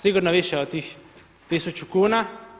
Sigurno više od tih 1000 kuna.